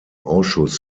ausschuss